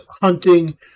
hunting